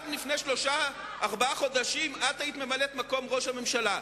עד לפני שלושה-ארבעה חודשים את היית ממלאת-מקום ראש הממשלה,